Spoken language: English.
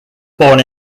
born